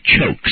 chokes